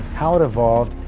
how it evolved,